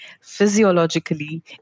physiologically